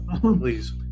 Please